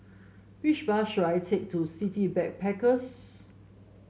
which bus should I take to City Backpackers